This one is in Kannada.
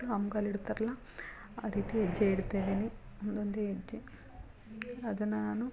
ಅಂಬ್ಗಾಲು ಇಡ್ತಾರಲ್ಲ ಆ ರೀತಿ ಹೆಜ್ಜೆ ಇಡ್ತಾ ಇದೀನಿ ಒಂದೊಂದೇ ಹೆಜ್ಜೆ ಅದು ನಾನು